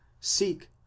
seek